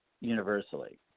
universally